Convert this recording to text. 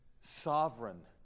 sovereign